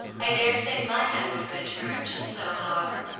i daresay my head would have been turned just so, however.